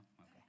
Okay